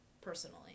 personally